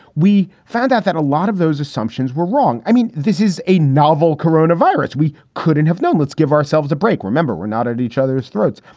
we found out that a lot of those assumptions were wrong. i mean, this is a novel corona virus we couldn't have known. let's give ourselves a break. remember, we're not at each other's throats.